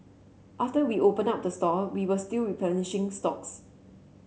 after we opened up the store we were still replenishing stocks